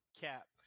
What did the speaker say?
cap